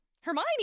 Hermione